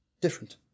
different